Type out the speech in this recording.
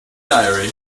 diary